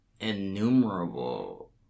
Innumerable